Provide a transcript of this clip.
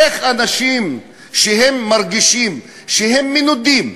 איך אנשים שמרגישים שהם מנודים,